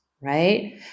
right